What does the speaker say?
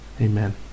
Amen